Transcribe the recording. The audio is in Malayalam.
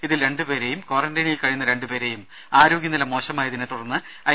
ഇതിൽ രണ്ടു പേരേയും ക്വാറന്റയിനിൽ കഴിയുന്ന രണ്ടു പേരെയും ആരോഗ്യനില മോശമായതിനെ തുടർന്ന് ഐ